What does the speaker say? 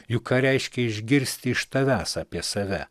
juk ką reiškia išgirsti iš tavęs apie save